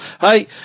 Hey